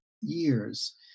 years